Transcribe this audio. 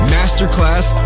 Masterclass